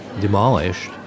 demolished